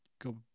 go